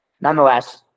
nonetheless